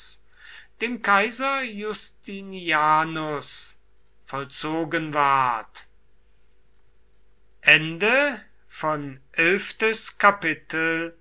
dem kaiser justinianus vollzogen ward